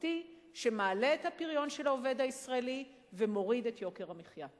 תחרותי שמעלה את הפריון של העובד הישראלי ומוריד את יוקר המחיה.